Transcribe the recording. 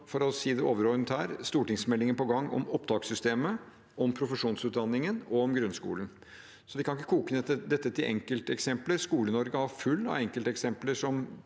For å si det overordnede her har vi altså stortingsmeldinger på gang om opptakssystemet, om profesjonsutdanningen og om grunnskolen. Vi kan ikke koke dette ned til enkelteksempler. Skole-Norge er fullt av enkelteksempler som